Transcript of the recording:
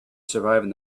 surviving